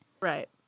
Right